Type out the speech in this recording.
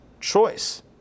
choice